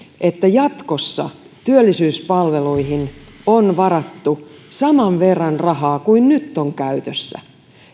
että jatkossa työllisyyspalveluihin on varattu saman verran rahaa kuin nyt on käytössä